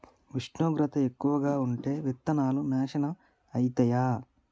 ఉష్ణోగ్రత ఎక్కువగా ఉంటే విత్తనాలు నాశనం ఐతయా?